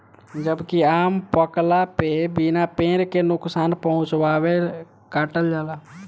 जबकि आम पकला पे बिना पेड़ के नुकसान पहुंचवले काटल जाला